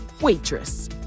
waitress